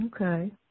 Okay